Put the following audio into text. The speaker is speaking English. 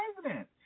president